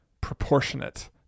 proportionate